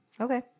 Okay